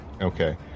Okay